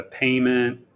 payment